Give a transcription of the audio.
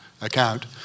account